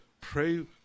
pray